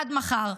עד מחר.